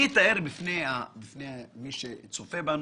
אני אתאר בפני מי שצופה בנו,